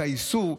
את האיסור.